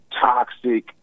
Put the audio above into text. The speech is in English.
toxic